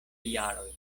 jaroj